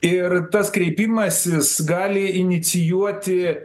ir tas kreipimasis gali inicijuoti